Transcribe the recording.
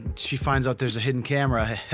she finds out there's a hidden camera